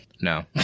no